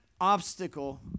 obstacle